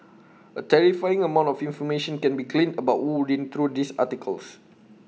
A terrifying amount of information can be gleaned about wu reading through these articles